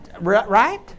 Right